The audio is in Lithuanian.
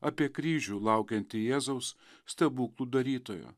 apie kryžių laukiantį jėzaus stebuklų darytojo